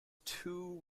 too